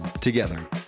together